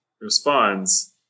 responds